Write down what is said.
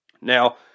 Now